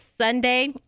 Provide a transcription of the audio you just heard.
Sunday